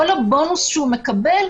כל הבונוס שמקבל,